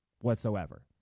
whatsoever